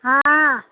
हँ आ